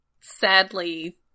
Sadly